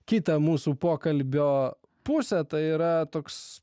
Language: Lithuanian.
kitą mūsų pokalbio pusę tai yra toks